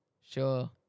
sure